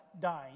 dying